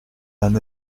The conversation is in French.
d’un